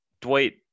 Dwight